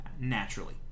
naturally